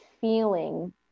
feeling